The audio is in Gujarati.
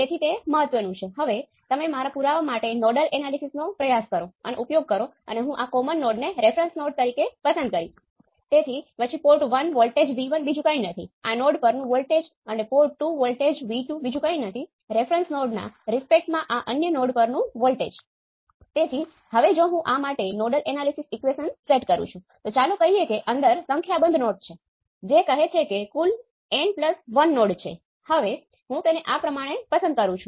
તેથી તે કરવા માટે ચાલો હવે મને નીચેનું કરવા દો હું ઓપ એમ્પ Vtest સાથે ચલાવું છું